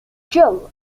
jill